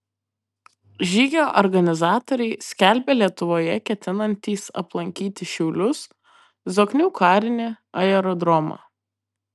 žygio organizatoriai skelbia lietuvoje ketinantys aplankyti šiaulius zoknių karinį aerodromą